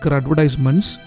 advertisements